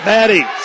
Maddie